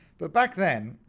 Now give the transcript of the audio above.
but back then,